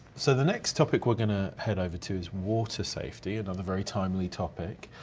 so the next topic we're gonna head over to is water safety, another very timely topic.